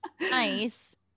nice